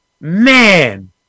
man